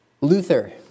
Luther